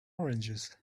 oranges